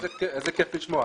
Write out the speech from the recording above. איזה כיף לשמוע.